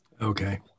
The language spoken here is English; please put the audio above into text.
Okay